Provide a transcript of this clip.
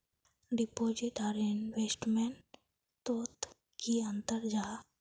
Deposit आर investment तोत की अंतर जाहा?